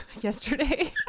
Yesterday